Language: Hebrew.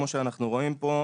כמו שאנחנו רואים פה,